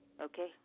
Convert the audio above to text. Okay